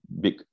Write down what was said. big